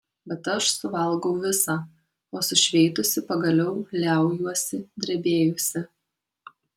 bet aš suvalgau visą o sušveitusi pagaliau liaujuosi drebėjusi